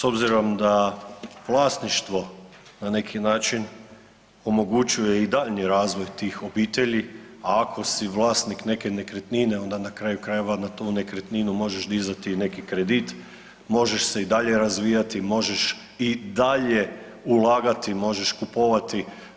S obzirom da vlasništvo na neki način omogućuje i daljnji razvoj tih obitelji, a ako si vlasnik neke nekretnine onda na kraju krajeva na tu nekretninu možeš dizati neki kredit, možeš se i dalje razvijati, možeš i dalje ulagati, možeš kupovati.